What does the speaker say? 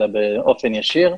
אלא באופן ישיר,